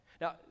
Now